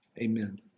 Amen